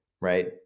right